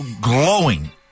glowing—